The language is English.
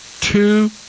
two